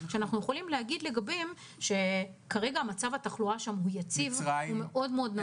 שאנחנו יכולים להגיד לגביהן שמצב התחלואה שם כרגע יציב ומאוד מאוד נמוך.